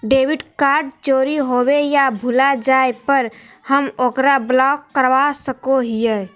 debit card चोरी होवे या भुला जाय पर हम ओकरा ब्लॉक करवा सको हियै